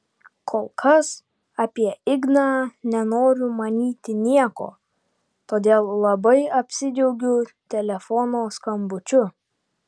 kol kas apie igną nenoriu manyti nieko todėl labai apsidžiaugiu telefono skambučiu